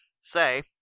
say